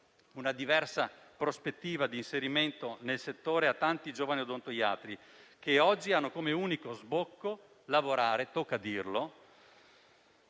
una diversa prospettiva di inserimento nel settore a tanti giovani odontoiatri che oggi hanno come unico sbocco lavorare - tocca dirlo,